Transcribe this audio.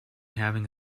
having